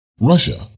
Russia